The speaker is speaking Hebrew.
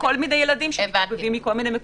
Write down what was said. כל מיני ילדים שבאים מכל מיני מקומות.